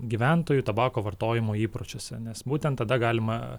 gyventojų tabako vartojimo įpročiuose nes būtent tada galima